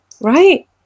right